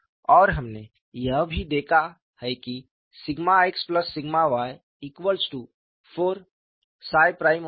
और हमने यह भी देखा है कि σxσy4𝜳′z